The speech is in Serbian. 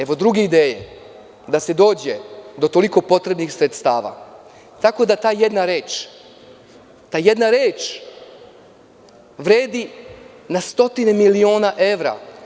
Evo druge ideje, da se dođe do toliko potrebnih sredstava tako da ta jedna reč vredi na stotine miliona evra.